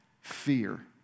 fear